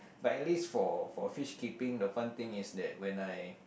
but at least for for fish keeping the fun thing is that when I